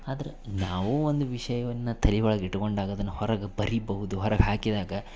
ಆದ್ರೆ ನಾವು ಒಂದು ವಿಷಯವನ್ನು ತಲೆ ಒಳಗೆ ಇಟ್ಟುಕೊಂಡಾಗ ಅದನ್ನು ಹೊರಗೆ ಬರಿಬಹುದು ಹೊರಗೆ ಹಾಕಿದಾಗ